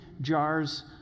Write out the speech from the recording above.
jars